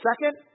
Second